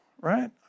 right